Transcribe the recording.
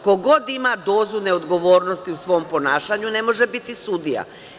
Ko god ima dozu neodgovornosti u svom ponašanju, ne može biti sudija.